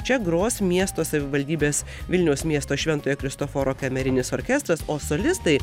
čia gros miesto savivaldybės vilniaus miesto šventojo kristoforo kamerinis orkestras o solistai